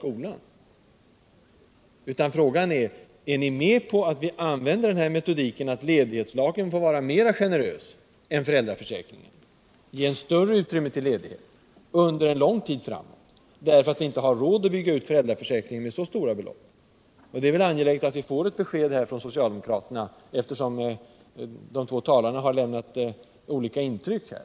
Frågan är nu om socialdemokraterna är med på att vi använder metodiken att göra lagen om rätt tull ledighet mer generös än töräldraförsäkringen. Vi vill ge ett större utrymme för ledighet under en läng vid framåt. därför att vi nu inte har räd att bygga ut föräldratörsäkringen med så stora belopp som en motsvarande förlängning av den skulle innebära. Det är angeläget att vi får ett bestämt besked från socialdemokraterna. eftersom de två talarna har lämnat olika intryck här.